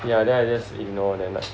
ya then I just ignore them